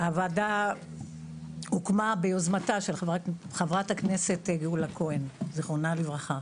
הוועדה הוקמה ביוזמתה של חברת הכנסת גאולה כהן ז"ל.